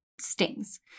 stings